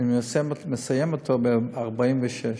ואני מסיים אותה ב-46.